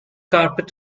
carpet